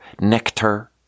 nectar